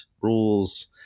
rules